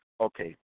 Okay